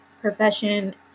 profession